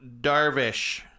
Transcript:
Darvish